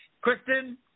Kristen